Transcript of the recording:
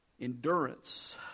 endurance